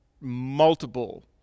multiple